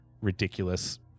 ridiculous